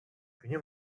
günü